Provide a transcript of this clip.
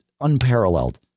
unparalleled